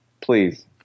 please